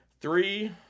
three